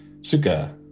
suka